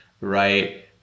right